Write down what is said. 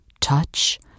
Touch